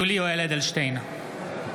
(קורא בשמות חברי הכנסת) יולי יואל אדלשטיין,